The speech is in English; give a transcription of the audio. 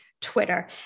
Twitter